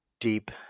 deep